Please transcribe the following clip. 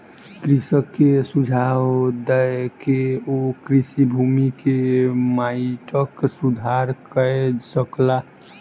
कृषक के सुझाव दय के ओ कृषि भूमि के माइटक सुधार कय सकला